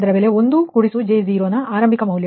6153 V301 j 0 ನ ಆರಂಭಿಕ ಮೌಲ್ಯ